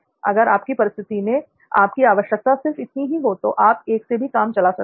अगर आपकी परिस्थिति में आपकी आवश्यकता सिर्फ इतनी ही हो तो आप एक से ही काम चला सकते हैं